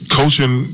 coaching